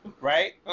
Right